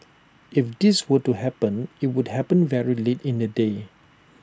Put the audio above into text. if this were to happen IT would happen very late in the day